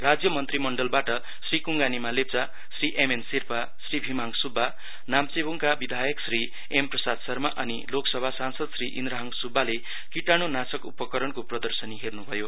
राज्य मन्त्रीमण्डलबाट Shri Kunga Nima Lepcha Shri am an Sherpa Shri Bhimhang Subba नामचेब्रङका विधायक श्री एमप्रसाद शर्मा अनि लोकसभा सांसद श्री इन्द्रहाङ सुब्बाले कीटाणुनाशक उपकरणको प्रदर्शनी हेर्नुभयो